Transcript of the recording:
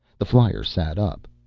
the flyer sat up.